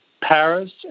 Paris